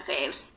faves